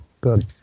Good